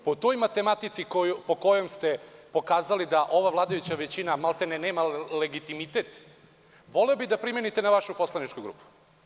Po toj matematici, po kojoj ste pokazali da ova vladajuća većina maltene nema legitimitet, voleo bih da primenite na vašu poslaničku grupu.